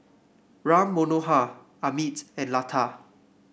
Ram Manohar Amit and Lata